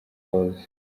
close